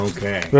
Okay